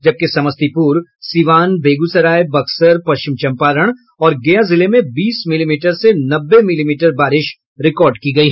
जबकि समस्तीपुर सीवान बेगूसराय बक्सर पश्चिम चंपारण और गया जिले में बीस मिलीमीटर से नब्बे मिलीमीटर बारिश रिकार्ड की गयी